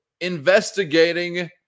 investigating